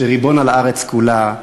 שריבון על הארץ כולה,